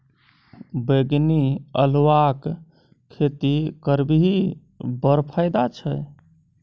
बैंगनी अल्हुआक खेती करबिही बड़ फायदा छै